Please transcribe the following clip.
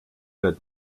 wird